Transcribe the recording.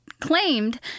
claimed